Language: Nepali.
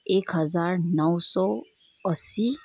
एक हजार नौ सौ असी